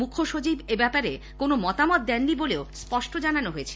মুখ্যসচিব এব্যাপারে কোনো মতামত দেননি বলেও স্পষ্ট জানানো হয়েছে